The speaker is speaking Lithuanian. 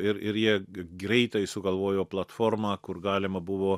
ir ir jie greitai sugalvojo platformą kur galima buvo